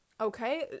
okay